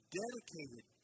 dedicated